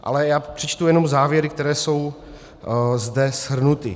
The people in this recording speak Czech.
Ale já přečtu jenom závěry, které jsou zde shrnuty.